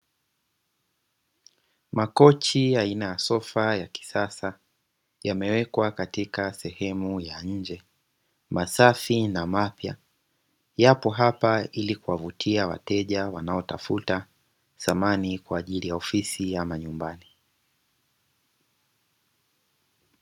Makochi aina ya sofa ya kisasa yamewekwa katika sehemu ya nje, masafi na mapya; yapo hapa ili kuwavutia wateja wanaotafuta samani kwa ajili ya ofisi au majumbani.